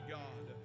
god